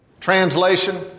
Translation